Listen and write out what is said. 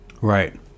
Right